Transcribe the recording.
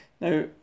Now